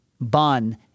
bun